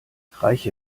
reiche